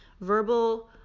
verbal